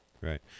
Right